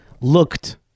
looked